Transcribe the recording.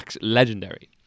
legendary